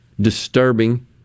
disturbing